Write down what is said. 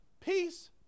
Peace